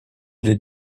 les